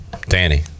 Danny